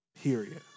Period